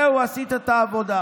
זהו, עשית את העבודה.